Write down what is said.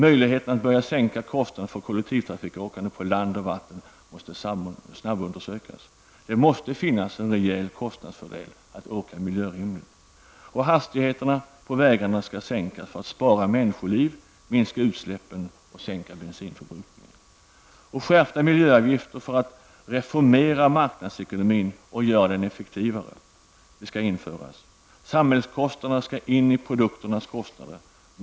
Möjligheterna att börja sänka kostnaderna för kollektivtrafikåkande på land och vatten måste snabbundersökas. Det måste finnas en rejäl kostnadsfördel med att åka miljövänligt. Hastigheterna på vägarna skall sänkas för att spara människoliv, minska utsläppen och sänka bensinförbrukningen. Skärpta miljöavgifter för att reformera marknadsekonomin och göra den effektivare skall införas. Samhällskostnaderna skall räknas in i produkternas kostnader.